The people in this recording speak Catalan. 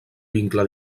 vincle